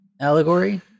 allegory